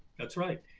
that's right.